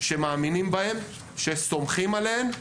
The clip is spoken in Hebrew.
שמאמינים בהן, שסומכים עליהן,